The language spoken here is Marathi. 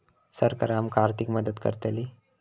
सरकार आमका आर्थिक मदत करतली?